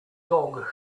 dog